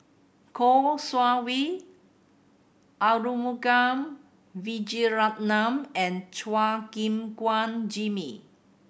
Kouo Shang Wei Arumugam Vijiaratnam and Chua Gim Guan Jimmy